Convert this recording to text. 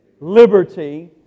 Liberty